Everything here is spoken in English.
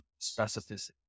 specificity